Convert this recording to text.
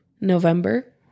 november